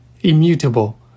immutable